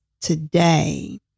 today